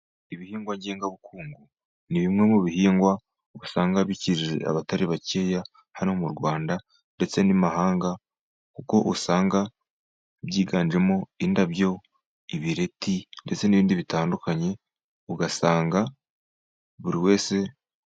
Ibihingwa ngengabukungu ni bimwe mu bihingwa usanga bikijije abatari bakeya hano mu Rwanda ndetse n'amahanga, kuko usanga byiganjemo indabo, ibireti, ndetse n'ibindi bitandukanye. Ugasanga buri wese...